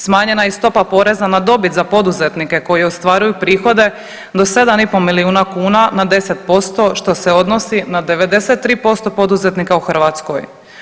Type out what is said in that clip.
Smanjena je i stopa poreza na dobit za poduzetnike koji ostvaruju prihode do 7,5 milijuna kuna na 10%, što se odnosi na 93% poduzetnika u Hrvatskoj.